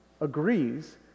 agrees